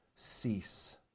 cease